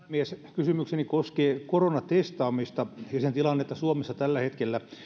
kysymykseni koskee koronatestaamista ja sen tilannetta suomessa tällä hetkellä